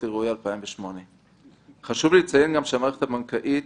אירועי 2008. חשוב לי לציין גם שהמערכת הבנקאית